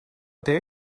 dare